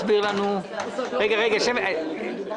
כפי שהוא מביא לנו פה הרבה מאוד העברות תקציביות,